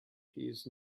his